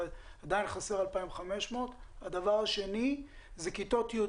אבל עדיין חסר 2,5000. הדבר השני זה כיתות י',